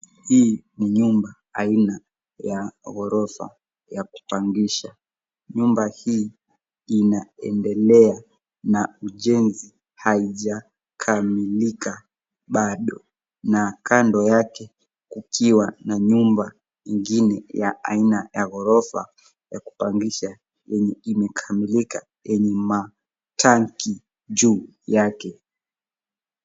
Hii ni nyumba aina ya ghorofa ya kupangisha. Nyumba hii inaendelea na ujenzi haijakamilika bado. Na kando yake kukiwa na nyumba ingine ya aina ya ghorofa ya kupangisha yenye imekamilika yenye matanki juu yake.